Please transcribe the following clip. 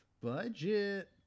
Budget